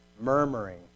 ...murmuring